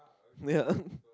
ya